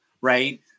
right